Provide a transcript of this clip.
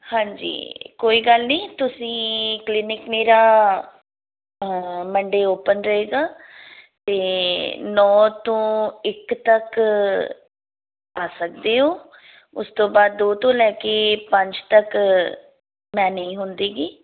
ਹਾਂਜੀ ਕੋਈ ਗੱਲ ਨਹੀਂ ਤੁਸੀਂ ਕਲੀਨਿਕ ਮੇਰਾ ਮੰਡੇ ਓਪਨ ਰਹੇਗਾ ਅਤੇ ਨੌ ਤੋਂ ਇੱਕ ਤੱਕ ਆ ਸਕਦੇ ਹੋ ਉਸ ਤੋਂ ਬਾਅਦ ਦੋ ਤੋਂ ਲੈ ਕੇ ਪੰਜ ਤੱਕ ਮੈਂ ਨਹੀਂ ਹੁੰਦੀ ਗੀ